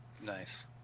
nice